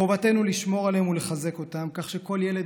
חובתנו לשמור עליהן ולחזק אותן כך שכל ילד